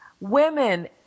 women